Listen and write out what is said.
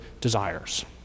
desires